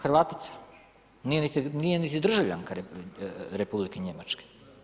Hrvatica, nije niti državljanka Republike Njemačke.